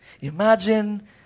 Imagine